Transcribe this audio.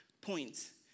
points